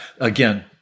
again